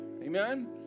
Amen